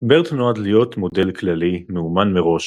BERT נועד להיות מודל כללי מאומן מראש